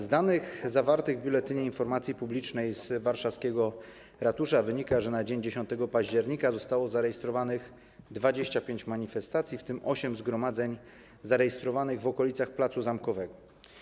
Z danych zawartych w Biuletynie Informacji Publicznej z warszawskiego Ratusza wynika, że na dzień 10 października zostało zarejestrowanych 25 manifestacji, w tym osiem zgromadzeń zarejestrowanych w okolicach placu Zamkowego.